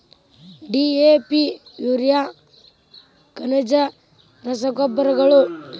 DAP urea ಖನಿಜ ರಸಗೊಬ್ಬರಗಳು